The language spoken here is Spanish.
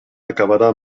acabará